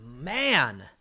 Man